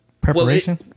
Preparation